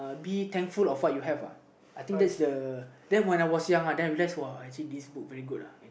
be thankful of what you have lah I think that's the then when I was young uh then I realise uh actually this book very good lah